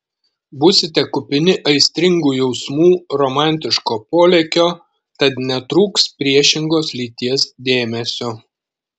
būsite kupini aistringų jausmų romantiško polėkio tad netrūks priešingos lyties dėmesio